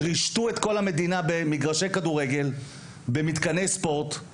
רישתו את כל המדינה במגרשי כדורגל ובמתקני ספורט;